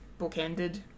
bookended